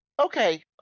Okay